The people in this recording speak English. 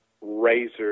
razor